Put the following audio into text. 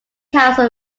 council